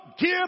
Give